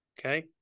Okay